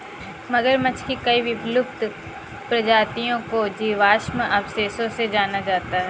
मगरमच्छ की कई विलुप्त प्रजातियों को जीवाश्म अवशेषों से जाना जाता है